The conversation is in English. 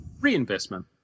Reinvestment